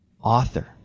author